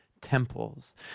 temples